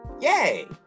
Yay